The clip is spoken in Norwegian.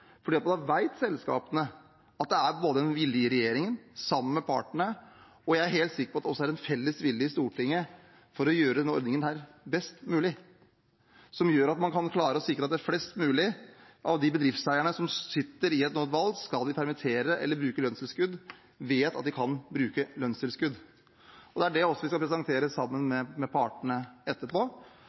da vet selskapene at det er en vilje i regjeringen, sammen med partene, og – er jeg helt sikker på – også en felles vilje i Stortinget for å gjøre denne ordningen best mulig. Det gjør at man kan klare å sikre at flest mulig av de bedriftseierne som nå sitter med et valg – skal de permittere eller bruke lønnstilskudd – vet at de kan bruke lønnstilskudd. Det er det vi også skal presentere sammen med partene etterpå.